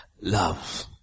love